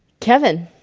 kevin